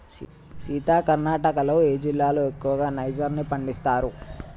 సీత కర్ణాటకలో ఏ జిల్లాలో ఎక్కువగా నైజర్ ని పండిస్తారు